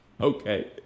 Okay